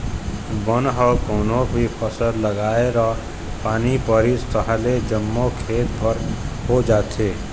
बन ह कोनो भी फसल लगाए र पानी परिस तहाँले जम्मो खेत भर हो जाथे